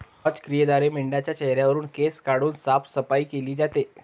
क्रॅच क्रियेद्वारे मेंढाच्या चेहऱ्यावरुन केस काढून साफसफाई केली जाते